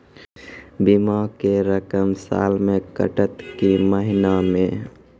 बीमा के रकम साल मे कटत कि महीना मे?